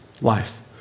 Life